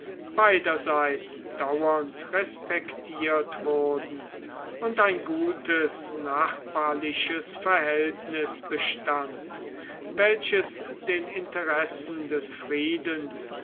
beiderseits dauernd respektiert wurden und ein gutes nachbarliches verhältnis bestand welches den interessen des friedens